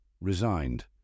Resigned